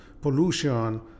pollution